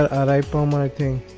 i but um like think